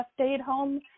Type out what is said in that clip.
stay-at-home